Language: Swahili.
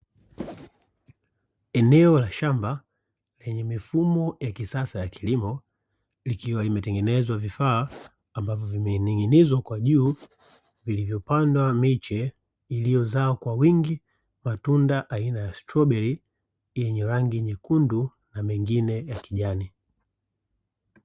Eneo la shamba, lenye mifumo ya kisasa ya kilimo, likiwa limetengenezwa vifaa ambavyo vimening'inizwa kwa juu, vilivyopadwa miche iliyozaa kwa wingi matunda aina ya stroberi yenye rangi nyekundu na mengine ya kijani.